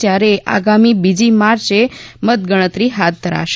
જયારે આગામી બીજી માર્ચે મતગણતરી હાથ ધરાશે